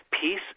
peace